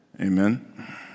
Amen